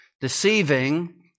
deceiving